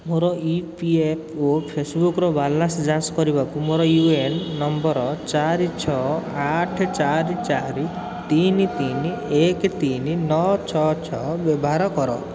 ମୋର E P F ଓ ଫେସ୍ବୁକ୍ର ବାଲାନ୍ସ୍ ଯାଞ୍ଚ କରିବାକୁ ମୋର ୟୁ ଏ ଏନ୍ ନମ୍ବର୍ ଚାରି ଛଅ ଆଠ ଚାରି ଚାରି ତିନି ତିନି ଏକ ତିନି ନଅ ଛଅ ଛଅ ବ୍ୟବହାର କର